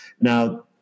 Now